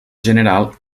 general